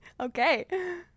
Okay